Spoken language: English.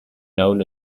known